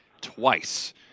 twice